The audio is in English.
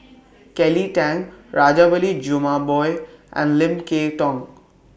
Kelly Tang Rajabali Jumabhoy and Lim Kay Tong